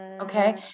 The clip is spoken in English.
okay